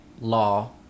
law